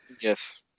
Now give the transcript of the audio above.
yes